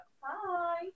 Hi